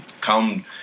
come